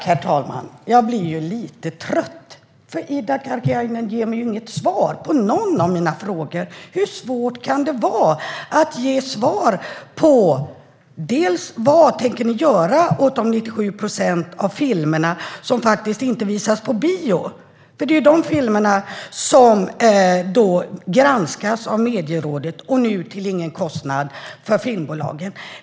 Herr talman! Jag blir lite trött, för Ida Karkiainen ger inget svar på någon av mina frågor. Hur svårt kan det vara att ge svar på vad ni tänker göra åt de 97 procent av filmerna som inte visas på bio? Det är biofilmerna som granskas av Medierådet, nu till ingen kostnad för filmbolagen.